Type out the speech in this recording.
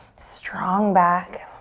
strong back.